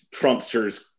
Trumpsters